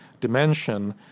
dimension